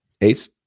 ace